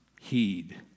heed